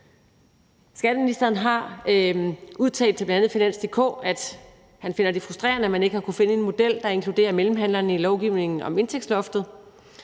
Skatteministeren har udtalt til bl.a. finans.dk, at han finder det frustrerende, at man ikke har kunnet finde en model, der inkluderer mellemhandlerne i lovgivningen om indtægtsloftet,